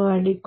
ಮಾಡಿಕೊಡಿ